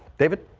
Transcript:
david.